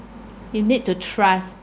you need to trust